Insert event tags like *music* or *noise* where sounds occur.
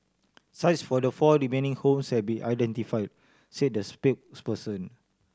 sites for the four remaining homes have been identified said the *unintelligible*